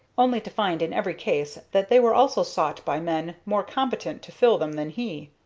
only to find in every case that they were also sought by men more competent to fill them than he.